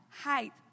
height